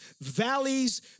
valleys